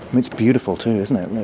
it's beautiful, too, isn't it? look.